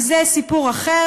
וזה סיפור אחר.